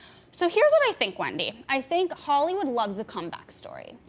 so, here's what i think, wendy. i think hollywood loves a comeback story.